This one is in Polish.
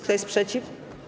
Kto jest przeciw?